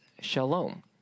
shalom